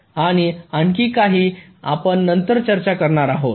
आणि आणखी काही आपण नंतर चर्चा करणार आहोत